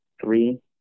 Three